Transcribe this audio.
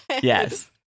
Yes